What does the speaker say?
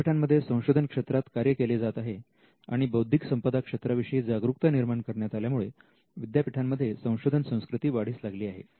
विद्यापीठांमध्ये संशोधन क्षेत्रात कार्य केले जात आहे आणि बौद्धिक संपदा क्षेत्रा विषयी जागरूकता निर्माण करण्यात आल्यामुळे विद्यापीठांमध्ये संशोधन संस्कृती वाढीस लागली आहे